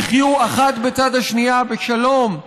יחיו אחת בצד השנייה בשלום,